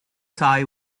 tie